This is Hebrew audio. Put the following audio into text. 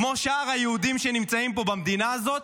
כמו שאר היהודים שנמצאים פה במדינה הזאת,